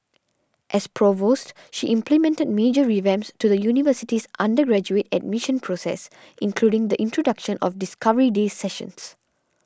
as provost she implemented major revamps to the university's undergraduate admission process including the introduction of Discovery Day sessions